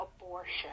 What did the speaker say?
abortion